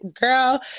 girl